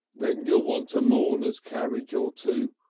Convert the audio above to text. then you'll want a mourner's carriage or two,